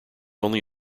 only